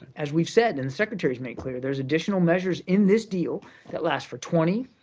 as we've said, and the secretary's made clear, there's additional measures in this deal that last for twenty,